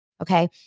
Okay